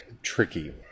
Tricky